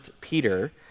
Peter